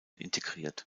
integriert